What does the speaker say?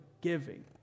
giving